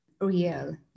real